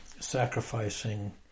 sacrificing